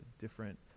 different